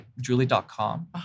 Julie.com